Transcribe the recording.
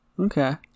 Okay